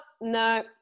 no